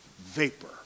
Vapor